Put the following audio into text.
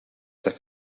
have